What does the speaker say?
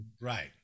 right